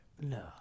No